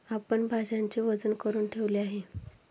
आपण भाज्यांचे वजन करुन ठेवले आहे